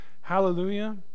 Hallelujah